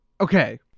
Okay